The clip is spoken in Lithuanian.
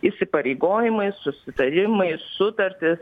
įsipareigojimai susitarimai sutartys